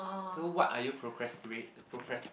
so what are you procrastira~ procras~